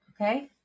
Okay